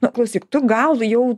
nu klausyk tu gal jau